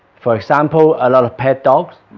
for example a lot of pet dogs